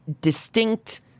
distinct